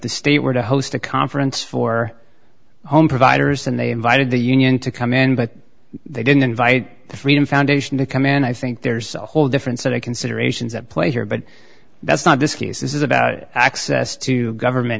the state were to host a conference for home providers and they invited the union to come in but they didn't invite the freedom foundation to come in i think there's a whole different set of considerations at play here but that's not this case is about access to govern